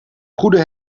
goede